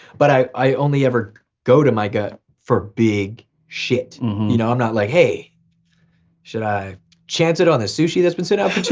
but i i only ever go to my gut for big shit you know. i'm not like, hey should i chance it on the sushi that's been sitting out